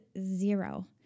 zero